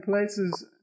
places